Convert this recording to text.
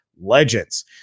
legends